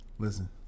listen